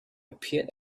appeared